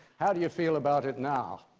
how do you feel about it now?